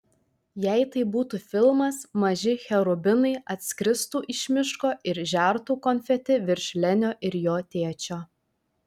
jei tai būtų filmas maži cherubinai atskristų iš miško ir žertų konfeti virš lenio ir jo tėčio